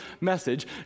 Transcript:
message